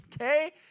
okay